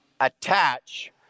attach